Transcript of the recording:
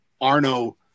Arno